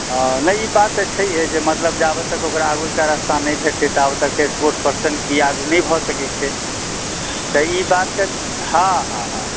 हँ नहि ई बात तऽ छहियै जे मतलब जाबैत तक ओकरा अगुलाक रास्ता नहि भेटैते ताबत तक स्पोर्ट्स पर्सन की आगू नहि भऽ सकै छै तऽ ई बात तऽ हँ हँ